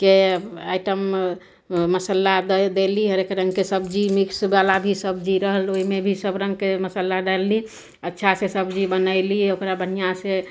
के आइटम मसल्ला देली हरेक रङ्गके सब्जी मिक्स बला भी सब्जी रहल ओहिमे भी सब रङ्गके मसल्ला डालली अच्छा से सब्जी बनैली ओकरा बढ़िऑं से